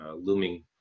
looming